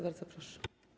Bardzo proszę.